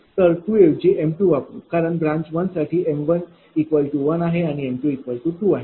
तर 2 ऐवजी m2वापरू कारण ब्रांच 1 साठीm1 1आहे आणि m2 2 आहे